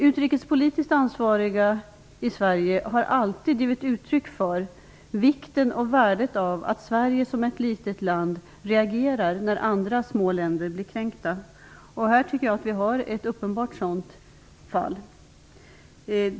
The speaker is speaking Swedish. Utrikespolitiskt ansvariga i Sverige har alltid givit uttryck för vikten och värdet av att Sverige som ett litet land reagerar när andra små länder blir kränkta. Jag menar att vi här har ett uppenbart sådant fall.